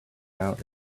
out